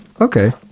Okay